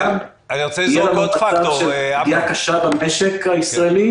גם יהיה לנו שלב של פגיעה קשה במשק הישראלי